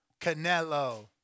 Canelo